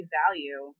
value